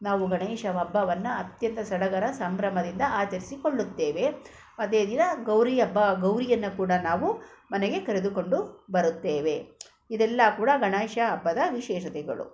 ನಾವು ಗಣೇಶ ಹಬ್ಬವನ್ನು ಅತ್ಯಂತ ಸಡಗರ ಸಂಭ್ರಮದಿಂದ ಆಚರಿಸಿಕೊಳ್ಳುತ್ತೇವೆ ಅದೇ ದಿನ ಗೌರಿ ಹಬ್ಬ ಗೌರಿಯನ್ನು ಕೂಡ ನಾವು ಮನೆಗೆ ಕರೆದುಕೊಂಡು ಬರುತ್ತೇವೆ ಇದೆಲ್ಲ ಕೂಡ ಗಣೇಶ ಹಬ್ಬದ ವಿಶೇಷತೆಗಳು